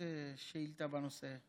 שאילתה בנושא?